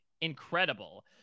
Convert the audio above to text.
incredible—